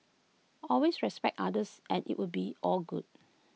always respect others and IT will be all good